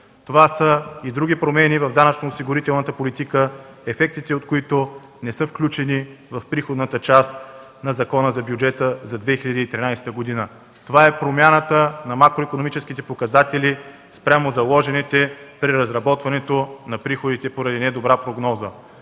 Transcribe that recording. Това са и други промени в данъчно осигурителната политика, ефектите от които не са включени в приходната част на Закона за бюджета за 2013 г. Това е промяната на макроикономическите показатели спрямо заложените при разработването на приходите, поради недобра прогноза.